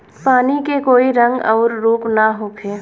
पानी के कोई रंग अउर रूप ना होखें